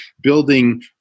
building